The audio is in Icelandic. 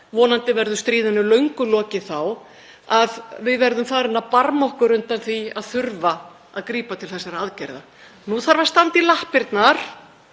vonandi verður stríðinu löngu lokið þá — að við verðum farin að barma okkur yfir því að þurfa að grípa til þessara aðgerða. Nú þarf að standa í lappirnar.